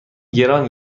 گران